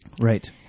Right